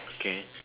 okay